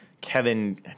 Kevin